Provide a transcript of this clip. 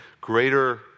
greater